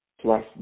plus